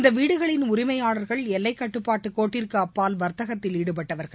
இந்த வீடுகளின் உரிமையாளர்கள் எல்லைக்கட்டுப்பாடு கோட்டிற்கு அப்பால் வர்த்தகத்தில் ஈடுபட்டவர்கள்